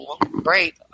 great